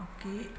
Okay